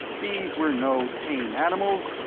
these were no tame animals.